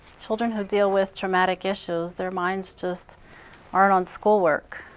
children who deal with traumatic issues, their minds just aren't on school work,